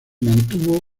mantuvo